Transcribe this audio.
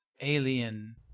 Alien